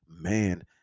man